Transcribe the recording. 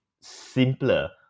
simpler